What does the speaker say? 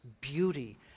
beauty